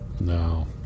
No